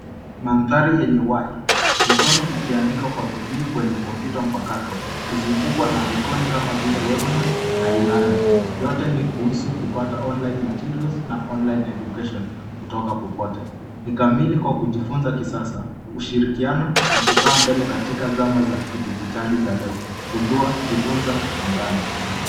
Mandhari yenye uhai, mikono ikiandika kwa bidii kwenye kompyuta mpakato ikizungukwa na ikoni kama vile webnar na E-Learning . Yote ni kuhusu kupata online materials na online Education kutoka popote. Ni kamili kwa kujifunza kisasa, ushirikiano na kukaa mbele katika zama za kidijitali za leo: Gundua, Jifunza, Ungana.